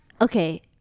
okay